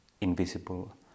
invisible